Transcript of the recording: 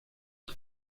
las